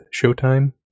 Showtime